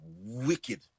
wicked